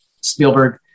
Spielberg